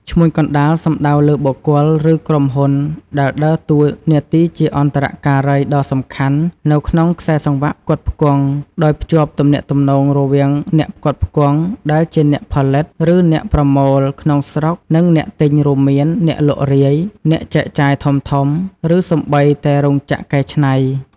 ឈ្មួញកណ្តាល សំដៅលើបុគ្គល ឬក្រុមហ៊ុនដែលដើរតួនាទីជាអន្តរការីដ៏សំខាន់នៅក្នុងខ្សែសង្វាក់ផ្គត់ផ្គង់ ដោយភ្ជាប់ទំនាក់ទំនងរវាងអ្នកផ្គត់ផ្គង់ ដែលជា អ្នកផលិត ឬ អ្នកប្រមូលក្នុងស្រុក និងអ្នកទិញ រួមមាន អ្នកលក់រាយ អ្នកចែកចាយធំៗ ឬសូម្បីតែរោងចក្រកែច្នៃ។